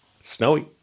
snowy